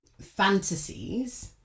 fantasies